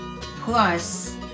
Plus